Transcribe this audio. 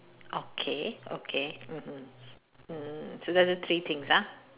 okay okay mmhmm mm so that's the three things ah